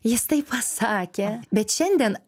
jis taip pasakė bet šiandien